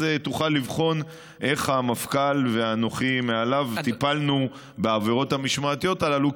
אז תוכל לבחון איך המפכ"ל ואנוכי מעליו טיפלנו בעבירות המשמעתיות הללו,